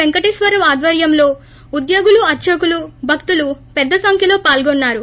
పెంకటేశ్వరరావు ఆధ్వర్యంలో ఉద్యోగులు అర్చకులు భక్తులు పెద్ద సంఖ్యలో పాల్గొన్నారు